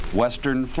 Western